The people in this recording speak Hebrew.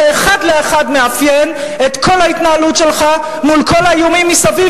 זה אחד לאחד מאפיין את כל ההתנהלות שלך מול כל האיומים מסביב,